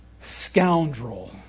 scoundrel